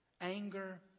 anger